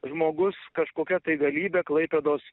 žmogus kažkokia tai galybe klaipėdos